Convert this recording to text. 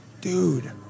Dude